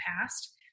past